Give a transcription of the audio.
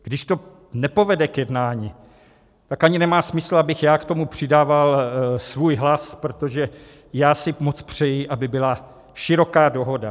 Když to nepovede k jednání, tak ani nemá smysl, abych k tomu přidával svůj hlas, protože si moc přeji, aby byla široká dohoda.